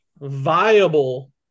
viable